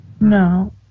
No